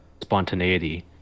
spontaneity